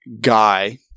Guy